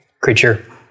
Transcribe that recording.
creature